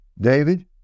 david